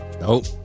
Nope